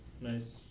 nice